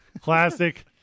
Classic